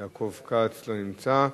יעקב כץ, לא נמצא,